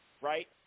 right